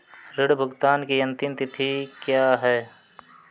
ऋण भुगतान की अंतिम तिथि क्या है?